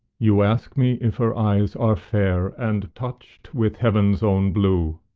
you ask me if her eyes are fair, and touched with heaven's own blue,